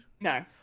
No